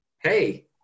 hey